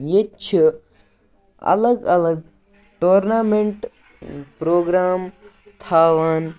ییٚتہِ چھِ الگ الگ ٹورنامٮ۪نٛٹ پرٛوگرام تھاوان